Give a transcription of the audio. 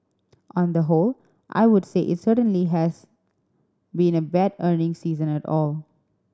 on the whole I would say it certainly has been a bad earnings season at all